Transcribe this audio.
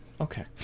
Okay